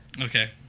Okay